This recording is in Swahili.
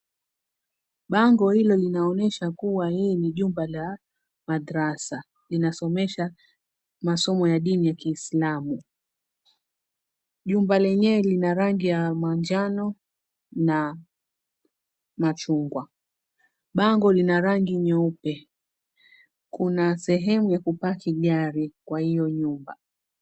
Bango hilo linaonyesha kuwa hii ni jumba la madrasa linasomesha masomo ya dini ya kiislamu. Jumba lenyewe lina rangi ya manjano na machungwa. Bango lina rangi nyeupe, kuna sehemu yya kupaki gari kwa hiyo nyumba.